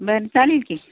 बरं चालेल की